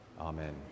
amen